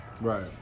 Right